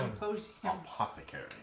Apothecary